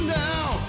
now